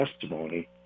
testimony